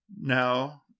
Now